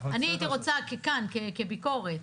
הייתי רוצה כאן כביקורת,